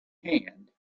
hand